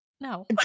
no